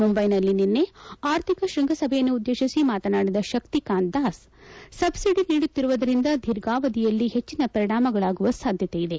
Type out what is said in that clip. ಮುಂದೈನಲ್ಲಿ ನಿನ್ನೆ ಆರ್ಥಿಕ ಶೃಂಗಸಭೆಯನ್ನು ಉದ್ದೇಶಿಸಿ ಮಾತನಾಡಿದ ಶಕ್ತಿಕಾಂತ್ ದಾಸ್ ಸಬ್ಲಡಿ ನೀಡುತ್ತಿರುವುದರಿಂದ ದೀರ್ಘಾವಧಿಯಲ್ಲಿ ಹೆಚ್ಚಿನ ಪರಿಣಾಮಗಳಾಗುವ ಸಾಧ್ಯತೆ ಇದೆ